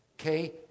Okay